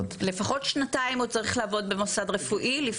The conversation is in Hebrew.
הוא צריך לעבוד לפחות שנתיים במוסד רפואי,